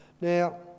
Now